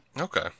Okay